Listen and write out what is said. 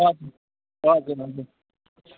हजुर हजुर हजुर